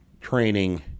training